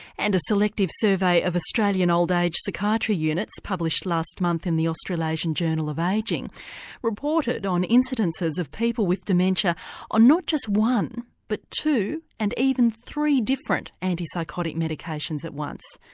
and a selective survey of australian old age psychiatry units published last month in the australasian journal of ageing reported on incidences of people with dementia on not just one, but two and even three different antipsychotic medications at once.